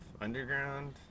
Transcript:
underground